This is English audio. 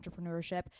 entrepreneurship